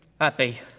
happy